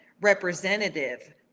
representative